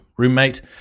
roommate